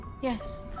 yes